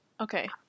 Okay